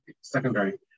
secondary